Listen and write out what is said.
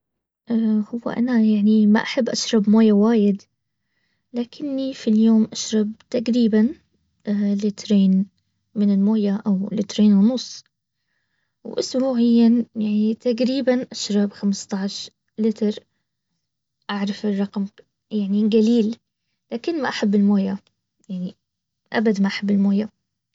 هو انا يعني ما احب اشرب موية وايد. لكني في اليوم اشرب تقريبا لترين من الموية او لترين ونص ولسبوعيا يعني تقريبا اشرب خمسطاش لتر. اعرف الرقم يعني قليل لكن احب المويا يعني ابد ما احب الموية